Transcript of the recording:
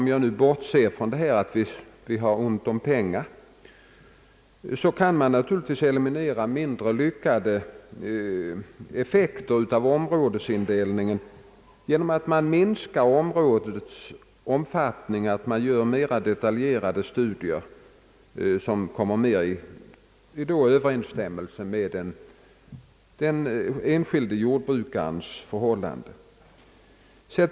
Om jag bortser från den faktorn att vi har ont om pengar, kan man naturligtvis eliminera mindre lyckade effekter av områdesindelningen genom att minska ett områdes omfattning efter mera detaljerade studier, så att resultaten stämmer bättre med de enskilda jordbrukarnas förhållanden.